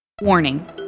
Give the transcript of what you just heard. Warning